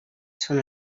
són